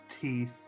teeth